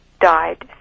died